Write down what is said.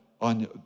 on